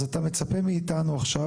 אז אתה מצפה מאתנו עכשיו,